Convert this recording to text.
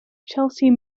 chelsea